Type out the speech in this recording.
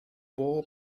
bob